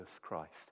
Christ